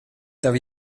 tev